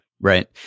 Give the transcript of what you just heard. Right